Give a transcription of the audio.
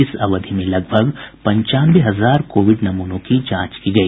इस अवधि में लगभग पंचानवे हजार कोविड नमूनों की जांच की गई